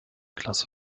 klasse